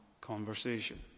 conversation